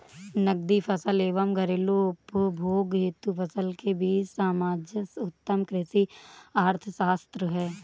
नकदी फसल एवं घरेलू उपभोग हेतु फसल के बीच सामंजस्य उत्तम कृषि अर्थशास्त्र है